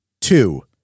Two